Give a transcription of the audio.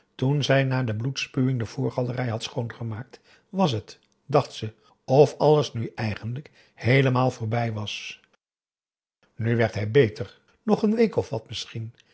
toen zij na de bloedspuwing de voorgalerij had schoongemaakt was het dacht ze of alles nu eigenlijk heelemaal voorbij was nu werd hij beter nog een week of wat misschien